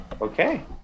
Okay